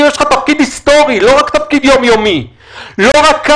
יש לך תפקיד היסטורי לא רק תפקיד יומיומי.